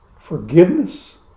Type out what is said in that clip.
forgiveness